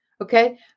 Okay